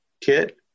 kit